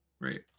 right